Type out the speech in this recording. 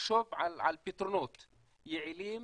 תחשוב על פתרונות יעילים